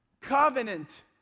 Covenant